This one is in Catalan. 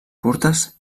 curtes